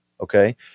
Okay